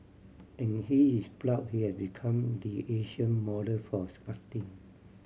and he is proud he has become the Asian model for squatting